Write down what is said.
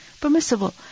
permissible